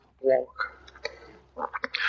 walk